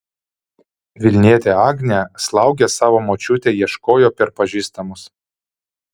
vilnietė agnė slaugės savo močiutei ieškojo per pažįstamus